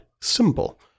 symbol